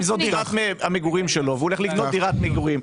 זו דירת המגורים שלו והוא הולך לקנות דירת מגורים,